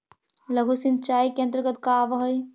लघु सिंचाई के अंतर्गत का आव हइ?